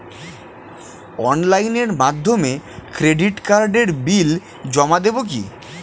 অনলাইনের মাধ্যমে ক্রেডিট কার্ডের বিল জমা দেবো কি?